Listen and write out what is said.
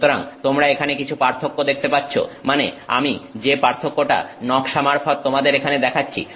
সুতরাং তোমরা এখানে কিছু পার্থক্য দেখতে পাচ্ছ মানে আমি যে পার্থক্যটা নকশা মারফত তোমাদের এখানে দেখাচ্ছি